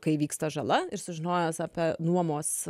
kai įvyksta žala ir sužinojęs apie nuomos